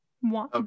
one